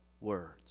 words